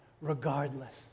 regardless